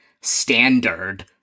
standard